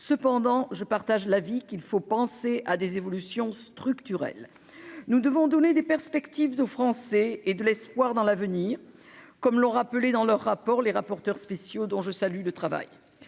cependant je partage l'avis qu'il faut penser à des évolutions structurelles, nous devons donner des perspectives aux Français et de l'espoir dans l'avenir, comme l'ont rappelé, dans leur rapport, les rapporteurs spéciaux dont je salue le travail